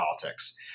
Politics